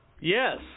Yes